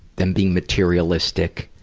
them being materialistic.